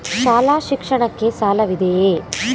ಶಾಲಾ ಶಿಕ್ಷಣಕ್ಕೆ ಸಾಲವಿದೆಯೇ?